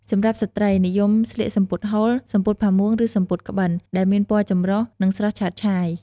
សម្រាប់ស្ត្រី និយមស្លៀកសំពត់ហូល សំពត់ផាមួង ឬសំពត់ក្បិន ដែលមានពណ៌ចម្រុះ និងស្រស់ឆើតឆាយ។